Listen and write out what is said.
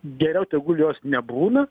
geriau tegul jos nebūna